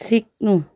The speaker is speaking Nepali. सिक्नु